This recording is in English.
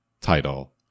title